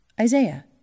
Isaiah